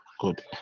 Good